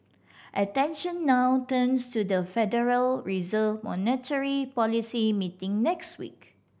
attention now turns to the Federal Reserve's monetary policy meeting next week